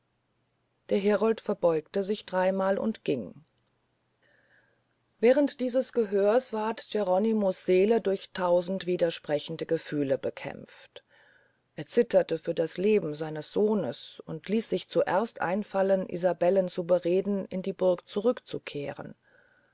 der herold verbeugte sich dreymal und ging während dieses gehörs ward geronimo's seele durch tausend widersprechende gefühle bekämpft er zitterte für das leben seines sohnes und ließ sich zuerst einfallen isabellen zu bereden in die burg